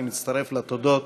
אני מצטרף לתודות